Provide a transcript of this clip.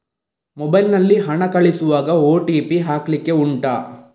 mobile ನಲ್ಲಿ ಹಣ ಕಳಿಸುವಾಗ ಓ.ಟಿ.ಪಿ ಹಾಕ್ಲಿಕ್ಕೆ ಉಂಟಾ